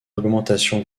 augmentation